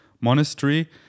monastery